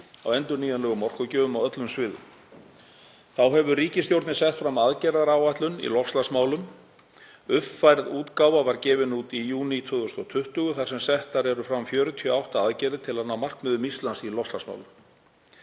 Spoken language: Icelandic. á endurnýjanlegum orkugjöfum á öllum sviðum. Þá hefur ríkisstjórnin sett fram aðgerðaáætlun í loftslagsmálum. Uppfærð útgáfa var gefin út í júní 2020, þar sem settar eru fram 48 aðgerðir til að ná markmiðum Íslands í loftslagsmálum.